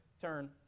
turn